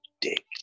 dick